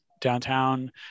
downtown